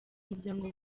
umuryango